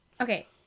Okay